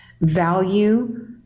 value